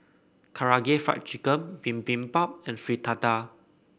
Karaage Fried Chicken Bibimbap and Fritada